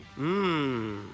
Mmm